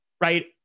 right